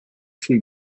few